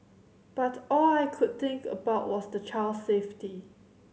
but all I could think about was the child's safety